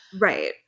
Right